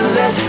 let